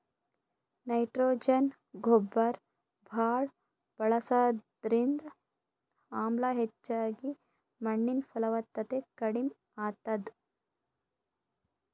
nitrogen ಗೊಬ್ಬರ್ ಭಾಳ್ ಬಳಸದ್ರಿಂದ ಆಮ್ಲ ಹೆಚ್ಚಾಗಿ ಮಣ್ಣಿನ್ ಫಲವತ್ತತೆ ಕಡಿಮ್ ಆತದ್